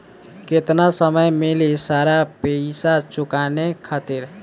केतना समय मिली सारा पेईसा चुकाने खातिर?